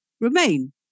remain